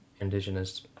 indigenous